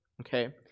okay